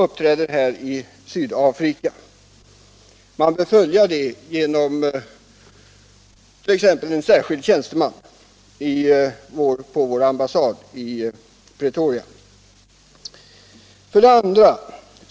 Frågan borde följas t.ex. av en särskild tjänsteman på vår ambassad i Pretoria.